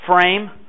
frame